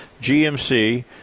GMC